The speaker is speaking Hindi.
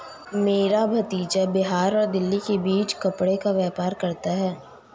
मेरा भतीजा बिहार और दिल्ली के बीच कपड़े का व्यापार करता है